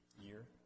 year